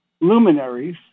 luminaries